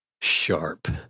sharp